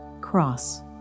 Cross